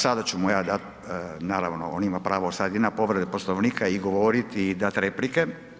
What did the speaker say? Sada ću mu ja dati, naravno, on ima pravo sada i na povredu Poslovnika i govoriti i dati replike.